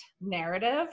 narrative